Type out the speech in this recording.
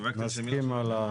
נסכים על הנוסח.